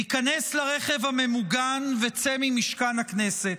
היכנס לרכב הממוגן וצא ממשכן הכנסת.